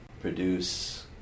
produce